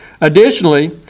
Additionally